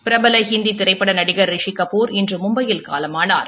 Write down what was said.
பிரபல ஹிந்தி திரைப்பட நடிகர் ரிஷிகபூர் இன்று மும்பையில் காலமானார்